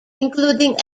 including